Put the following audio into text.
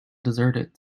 deserted